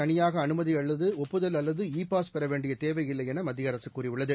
தனியாகஅனுமதிஅல்லதுஒப்புதல் இதற்காக அல்லது e pass பெறவேண்டியதேவையில்லைஎனமத்தியஅரசுகூறியுள்ளது